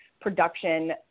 production